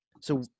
So-